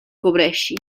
cobreixi